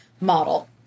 model